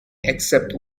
except